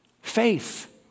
Faith